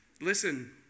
listen